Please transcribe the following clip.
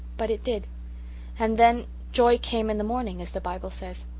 but it did and then joy came in the morning as the bible says.